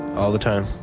all the time.